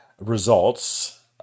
results